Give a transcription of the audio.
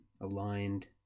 aligned